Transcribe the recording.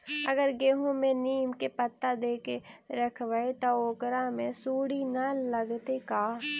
अगर गेहूं में नीम के पता देके यखबै त ओकरा में सुढि न लगतै का?